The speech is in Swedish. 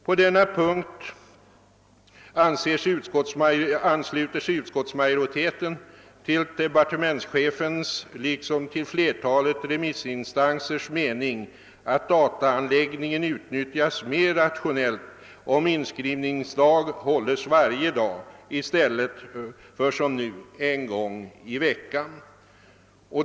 På denna punkt ansluter sig utskottsmajoriteten till departementschefens liksom till flertalet remissinstansers mening att dataanläggningen utnyttjas mer rationellt, om inskrivningsdag hålls varje dag i stället för som nu en gång i veckan.